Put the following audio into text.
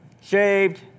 shaved